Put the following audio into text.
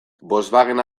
volkswagenen